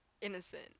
innocent